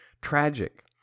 tragic